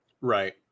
Right